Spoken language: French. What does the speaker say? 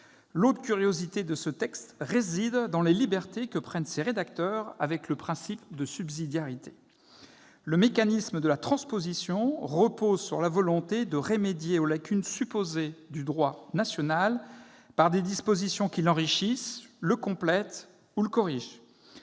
L'autre curiosité de ce texte réside dans les libertés que prennent ses rédacteurs avec le principe de subsidiarité. Le mécanisme de la transposition repose sur la volonté de remédier aux lacunes supposées du droit national par des dispositions qui l'enrichissent, le complètent ou le corrigent.